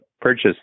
purchase